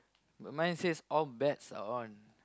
but mine says all bets are on